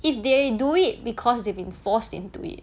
if they do it because they've been forced into it